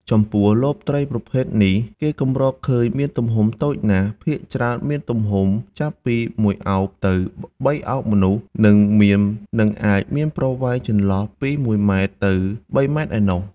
ចំពោះលបត្រីប្រភេទទាំងនេះ គេកម្រឃើញមានទំហំតូចណាស់ ភាគច្រើនមានទំហំចាប់ពីមួយឱប ទៅបីឱបមនុស្ស និងអាចមានប្រវែងចន្លោះពី១ម៉ែត្រ ទៅ៣ម៉ែត្រឯណោះ។